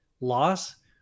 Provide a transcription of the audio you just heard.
loss